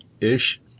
ish